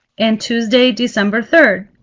and tuesday december third.